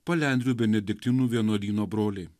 palendrių benediktinų vienuolyno broliai